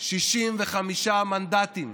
65 מנדטים.